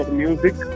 music